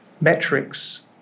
metrics